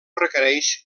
requereix